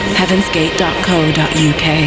heavensgate.co.uk